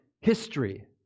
history